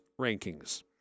rankings